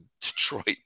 Detroit